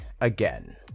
again